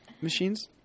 machines